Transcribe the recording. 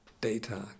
data